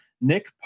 Nick